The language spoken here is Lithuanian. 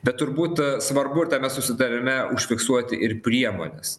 bet turbūt svarbu ir tame susitarime užfiksuoti ir priemones